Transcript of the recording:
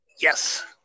Yes